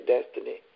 Destiny